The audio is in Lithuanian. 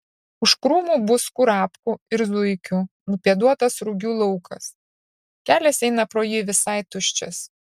už krūmų bus kurapkų ir zuikių nupėduotas rugių laukas kelias eina pro jį visai tuščias